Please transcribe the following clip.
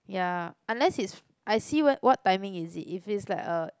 ya unless it's I see what what timing is it if it's like uh